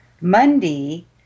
Monday